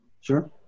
Sure